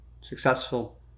successful